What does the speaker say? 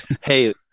hey